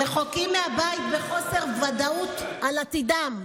רחוקים מהבית, בחוסר ודאות על עתידם,